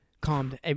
calmed